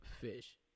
fish